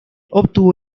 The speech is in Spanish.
obtuvo